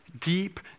deep